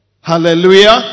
Hallelujah